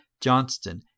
Johnston